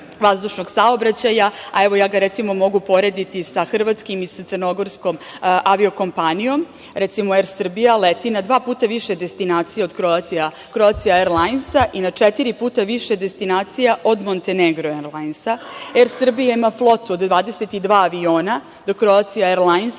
vazdušnog saobraćaja. Evo, recimo, ja ga mogu porediti sa hrvatskom i sa crnogorskom avio-kompanijom. Recimo, „Er Srbija“ leti na dva puta više destinacija od „Kroacija erlajnsa“ i na četiri puta više destinacija od „Montenegro erlajnsa“. „Er Srbija“ ima flotu od 22 aviona, dok „Kroacija erlajns“